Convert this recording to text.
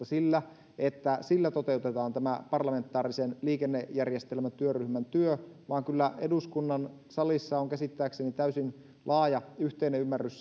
sillä että sillä toteutetaan tämä parlamentaarisen liikennejärjestelmätyöryhmän työ vaan kyllä eduskunnan salissa on käsittääkseni täysin laaja yhteinen ymmärrys